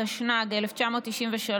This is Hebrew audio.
התשנ"ג 1993,